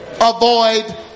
avoid